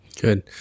Good